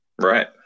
Right